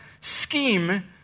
scheme